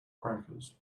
crackers